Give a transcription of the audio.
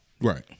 Right